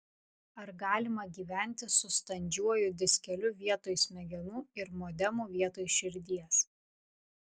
ar galima gyventi su standžiuoju diskeliu vietoj smegenų ir modemu vietoj širdies